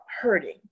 hurting